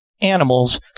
animals